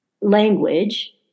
language